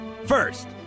First